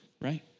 right